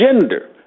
gender